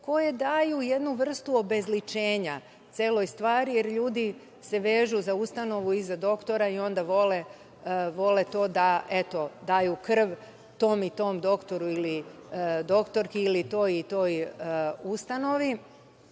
koje daju jednu vrstu obezličenja celoj stvari, jer ljudi se vežu za ustanovu i za doktora i onda vole da daju krv tom i tom doktoru ili doktorki, ili toj i toj ustanovi,